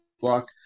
block